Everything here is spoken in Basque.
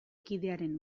kidearen